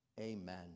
Amen